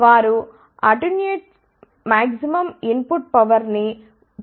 వారు absolute maximum input power ని 0